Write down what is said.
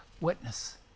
witness